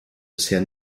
bisher